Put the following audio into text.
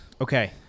Okay